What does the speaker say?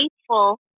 faithful